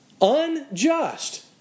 unjust